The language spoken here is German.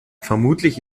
vermutlich